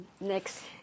next